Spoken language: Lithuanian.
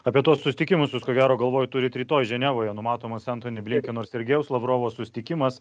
apie tuos susitikimus jūs ko gero galvoj turit rytoj ženevoje numatomus entoni blinkeno ir sergejaus lavrovo susitikimas